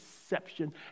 deception